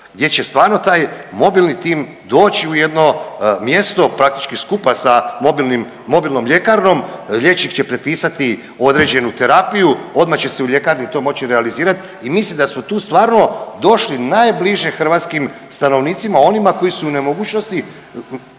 jer će stvarno taj mobilni tim doći u jedno mjesto praktički skupa sa mobilnom ljekarnom. Liječnik će prepisati određenu terapiju, odmah će se u ljekarni to moći realizirati. I mislim da smo tu stvarno došli najbliže hrvatskim stanovnicima, onima koji su u nemogućnosti